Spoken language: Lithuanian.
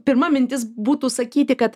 pirma mintis būtų sakyti kad